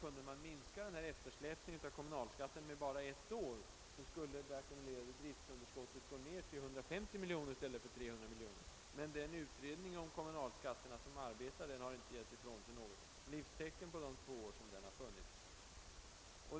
Kunde man minska eftersläpningen av kommunalskatten med bara ett år skulle det ackumulerade driftunderskottet gå ned till 150 miljoner kronor i stället för 300 miljoner. Men utredningen om kommunalskatterna har inte lämnat något livstecken ifrån sig under de två år den funnits till.